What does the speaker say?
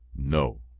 no.